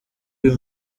uyu